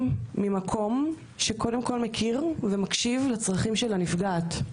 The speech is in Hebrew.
ממקום שקודם כול מכיר ומקשיב לצרכים של הנפגעת.